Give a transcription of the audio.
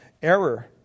Error